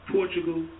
Portugal